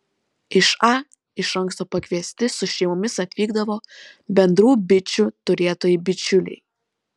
į a iš anksto pakviesti su šeimomis atvykdavo bendrų bičių turėtojai bičiuliai